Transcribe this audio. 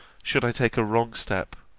should i take a wrong step,